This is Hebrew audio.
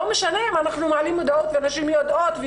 לא משנה אם אנחנו מעלים מודעות ונשים יודעות,